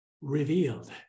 revealed